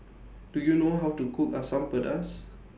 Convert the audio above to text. Do YOU know How to Cook Asam Pedas